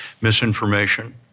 Misinformation